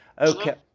okay